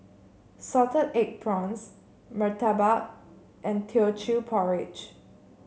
Salted Egg Prawns Murtabak and Teochew Porridge